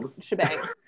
shebang